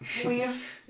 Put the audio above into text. Please